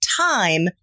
Time